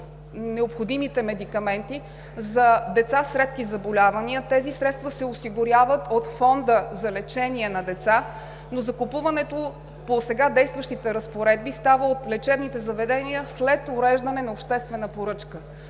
необходимите медикаменти за деца с редки заболявания. Тези средства се осигуряват от Фонда за лечение на деца, но закупуването по сега действащите разпоредби става от лечебните заведения след уреждане на обществена поръчка.